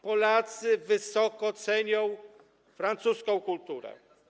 Polacy wysoko cenią francuską kulturę.